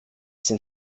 sind